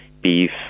beef